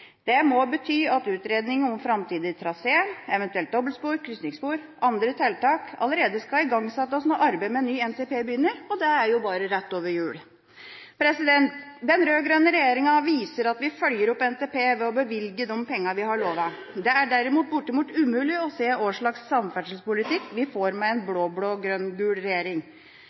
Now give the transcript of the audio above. Det må bety at utredning om framtidig trasé, eventuelt dobbeltspor, krysningsspor og andre tiltak, allerede skal igangsettes når arbeidet med ny NTP begynner, og det er jo rett over jul. Den rød-grønne regjeringa viser at vi følger opp NTP ved å bevilge de pengene vi har lovet. Det er derimot bortimot umulig å se hva slags samferdselspolitikk vi får med en blå-blå-grønn-gul regjering.